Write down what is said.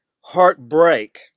Heartbreak